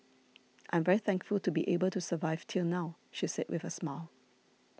I am very thankful to be able to survive till now she said with a smile